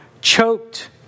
choked